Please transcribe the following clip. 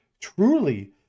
truly